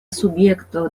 subjekto